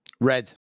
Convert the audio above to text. Red